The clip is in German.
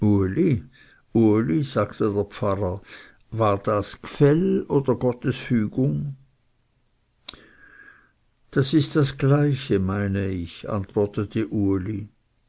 sagte der pfarrer war das gfell oder gottes fügung das ist das gleiche meine ich antwortete uli